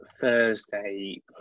thursday